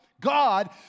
God